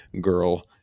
Girl